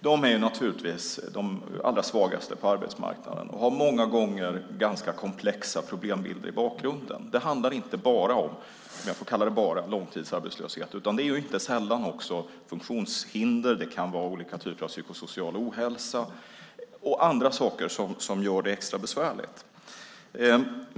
De är naturligtvis de allra svagaste på arbetsmarknaden och har många gånger ganska komplexa problembilder i bakgrunden. Det handlar inte bara, om jag får kalla det bara, om långtidsarbetslöshet, utan det är inte sällan också fråga om funktionshinder. Det kan vara olika typer av psykosocial ohälsa och andra saker som gör det extra besvärligt.